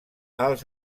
els